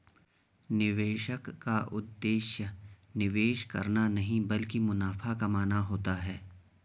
निवेशक का उद्देश्य निवेश करना नहीं ब्लकि मुनाफा कमाना होता है